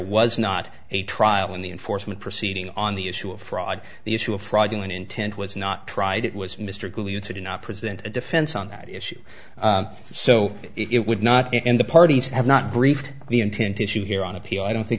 was not a trial in the enforcement proceeding on the issue of fraud the issue of fraudulent intent was not tried it was mr coo to not present a defense on that issue so it would not in the parties have not briefed the intent issue here on appeal i don't think